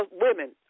women